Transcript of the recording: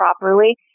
properly